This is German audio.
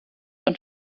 und